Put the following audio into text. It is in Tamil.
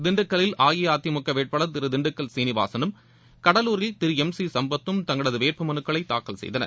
திண்டுக்கல்லில் அஇஅதிமுக வேட்பாளர் திரு திண்டுக்கல் சீளிவாசனும் கடலூரில் திரு எம் சி சம்பத்தும் தங்களது வேட்புமலுக்களை தாக்கல் செய்தனர்